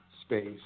space